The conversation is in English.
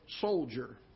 soldier